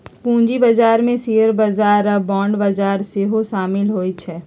पूजी बजार में शेयर बजार आऽ बांड बजार सेहो सामिल होइ छै